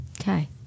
Okay